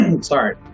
Sorry